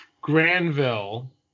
Granville